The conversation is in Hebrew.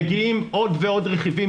מגיעים עוד ועוד רכיבים,